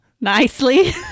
Nicely